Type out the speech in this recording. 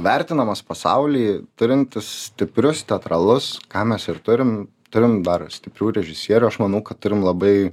vertinamas pasauly turintis stiprius teatralus ką mes ir turim turim dar stiprių režisierių aš manau kad turim labai